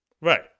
Right